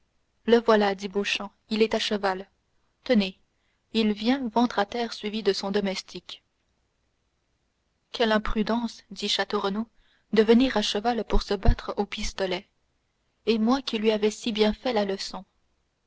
le voilà dit beauchamp il est à cheval tenez il vient ventre à terre suivi de son domestique quelle imprudence dit château renaud de venir à cheval pour se battre au pistolet moi qui lui avais si bien fait la leçon